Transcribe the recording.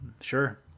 Sure